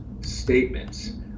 statements